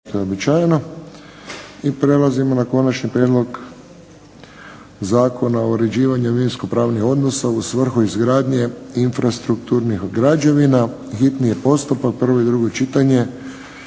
i prelazimo na - Konačni prijedlog zakona o uređivanju imovinskopravnih odnosa u svrhu izgradnje infrastrukturnih građevina, hitni postupak, prvo i drugo čitanje,